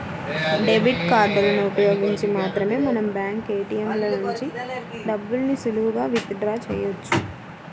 debit కార్డులను ఉపయోగించి మాత్రమే మనం బ్యాంకు ఏ.టీ.యం ల నుంచి డబ్బుల్ని సులువుగా విత్ డ్రా చెయ్యొచ్చు